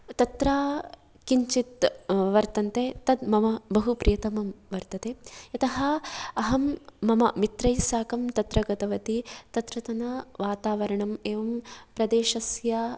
तत्र किञ्चित् वर्तन्ते तत् मम बहु प्रियतमं वर्तते यतः अहं मम मित्रैः साकं तत्र गतवती तत्रतन वातावरणम् एवं प्रदेशस्य